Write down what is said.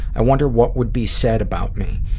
i wonder what would be said about me.